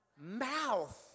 mouth